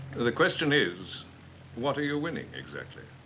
the question is what are you winning exactly?